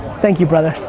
thank you, brother.